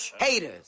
Haters